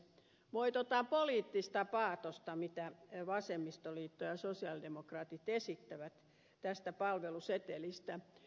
voi tuota poliittista paatosta mitä vasemmistoliitto ja sosialidemokraatit esittävät tästä palvelusetelistä